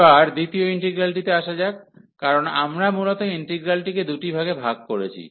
এবার দ্বিতীয় ইন্টিগ্রালটিতে আসা যাক কারণ আমরা মূল ইন্টিগ্রালটিকে দুটি ভাগে ভাগ করেছি